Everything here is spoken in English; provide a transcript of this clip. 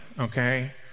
Okay